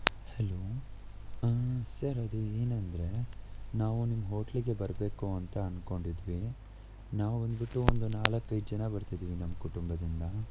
hello sir ಅದು ಏನಂದರೆ ನಾವು ನಿಮ್ಮ ಹೋಟ್ಲಿಗೆ ಬರಬೇಕು ಅಂತ ಅಂದುಕೊಂಡಿದ್ವಿ ನಾವು ಬಂದುಬಿಟ್ಟು ಒಂದು ನಾಲ್ಕೈದು ಜನ ಬರ್ತಿದ್ದೀವಿ ನಮ್ಮ ಕುಟುಂಬದಿಂದ